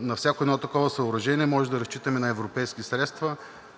на всяко едно такова съоръжение може да разчитаме на европейски средства.